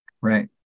Right